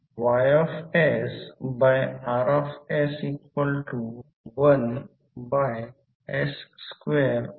मी योग्य उत्तर देईन परंतु सर्व काही फोरममध्ये ठेवा